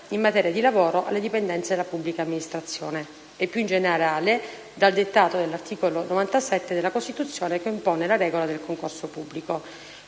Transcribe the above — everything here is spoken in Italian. in materia di lavoro alle dipendenze della pubblica amministrazione e, più in generale, dal dettato dell'articolo 97 della Costituzione, che impone la regola del concorso pubblico.